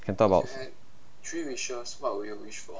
can talk about